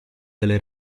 delle